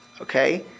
okay